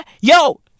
Yo